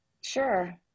Sure